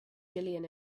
jillian